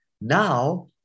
Now